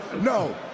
no